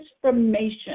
transformation